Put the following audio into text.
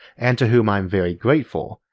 and to who i am very grateful,